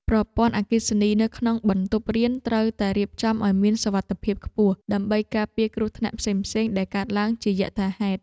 ប្រព័ន្ធអគ្គិសនីនៅក្នុងបន្ទប់រៀនត្រូវតែរៀបចំឱ្យមានសុវត្ថិភាពខ្ពស់ ដើម្បីការពារគ្រោះថ្នាក់ផ្សេងៗដែលកើតឡើងជាយថាហេតុ។